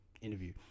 interview